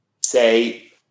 say